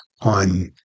on